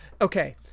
Okay